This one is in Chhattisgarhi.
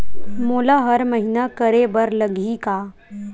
मोला हर महीना करे बर लगही का?